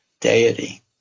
deity